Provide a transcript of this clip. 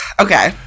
okay